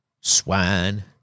swine